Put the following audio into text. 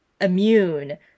immune